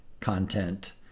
content